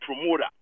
promoter